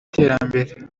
iterambere